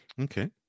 Okay